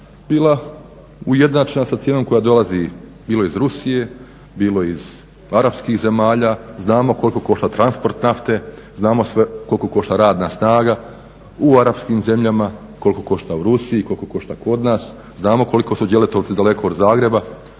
bila ujednačena sa cijenom koja dolazi bilo iz Rusije, bilo iz arapskih zemalja. Znamo koliko košta transport nafte, znamo koliko košta radna snaga u arapskim zemljama, koliko košta u Rusiji, koliko košta kod nas. Znamo koliko su Đeletovci daleko od Zagreba,